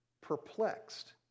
perplexed